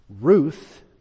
Ruth